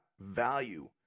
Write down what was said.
value